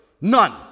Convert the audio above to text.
None